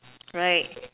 right